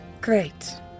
Great